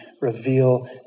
reveal